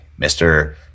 Mr